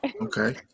okay